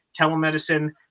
telemedicine